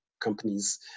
companies